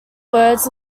words